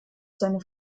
seine